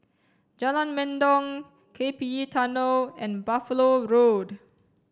Jalan Mendong K P E Tunnel and Buffalo Road